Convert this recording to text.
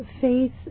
faith